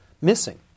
missing